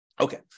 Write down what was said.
Okay